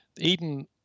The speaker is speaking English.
Eden